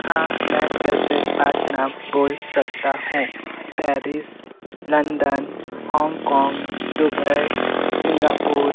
हाँ मैं ऐसे पाँच नाम बोल सकता हूँ Paris London Hong Kong Dubai Singapore